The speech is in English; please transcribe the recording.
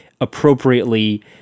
appropriately